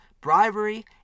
bribery